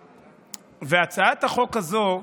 הצעת החוק הזו,